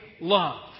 love